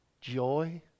Joy